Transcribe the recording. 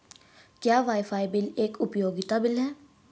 क्या wifi bill एक उपयोगिता बिल है?